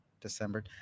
December